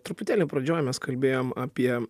truputėlį pradžioj mes kalbėjom apie